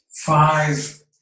five